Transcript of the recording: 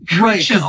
Right